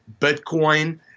Bitcoin